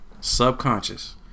Subconscious